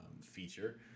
feature